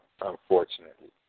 unfortunately